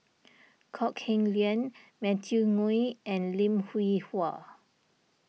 Kok Heng Leun Matthew Ngui and Lim Hwee Hua